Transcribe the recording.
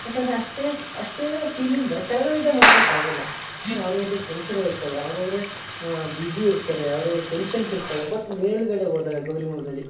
ಯಾಕಂದರೆ ಅಷ್ಟೇ ಅಷ್ಟೇ ಫೀಲಿಂದ ಕೆಳಗಡೆ ಇದ್ದಾಗ ಮಾತಾಡ್ಸಕ್ಕೆ ಆಗೋಲ್ಲ ಅವ್ರವ್ರದ್ದೇ ಕೆಲ್ಸಗಳು ಇರ್ತವೆ ಅವ್ರವರೇ ಬಿಜಿ ಇರ್ತಾರೆ ಅವ್ರವ್ರ ಟೆನ್ಷನ್ಸ್ ಇರ್ತವೆ ಬಟ್ ಮೇಲುಗಡೆ ಹೋದಾಗ ಗೌರಿ ಹುಣ್ದಲ್ಲಿ